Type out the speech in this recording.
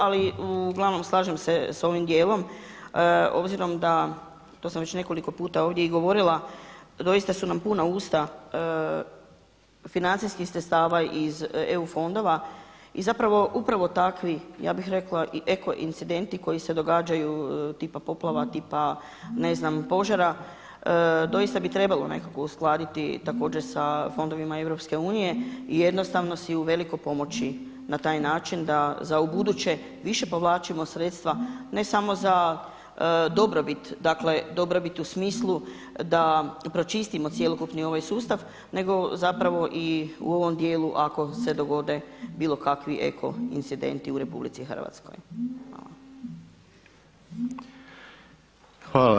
Ali uglavnom slažem se sa ovim dijelom obzirom da, to sam već nekoliko puta ovdje i govorila, doista su nam puna usta financijskih sredstava iz EU fondova i zapravo upravo takvi ja bih rekla i eko incidenti koji se događaju tipa poplava, tipa ne znam požara doista bi trebalo nekako uskladiti također sa fondovima EU i jednostavno si u veliko pomoći na taj način da za u buduće više povlačimo sredstva ne samo za dobrobit, dakle dobrobit u smislu da pročistimo cjelokupni ovaj sustav, nego zapravo i u ovom dijelu ako se dogode bilo kakvi eko incidenti u Republici Hrvatskoj.